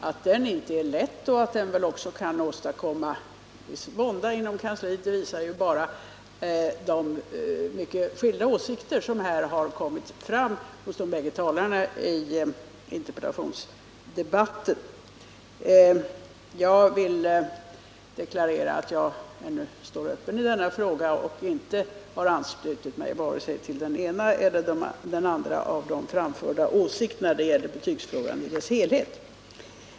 Att den inte är lätt och att den väl också kan åstadkomma viss vånda inom kansliet visar bara de mycket skilda åsikter som här kommit fram hos de bägge talarna i interpellationsdebatten. Jag vill deklarera att jag ännu står öppen i denna fråga och inte har anslutit mig till vare sig den ena eller den andra av de framförda åsikterna när det gäller betygsfrågan i dess helhet.